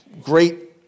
great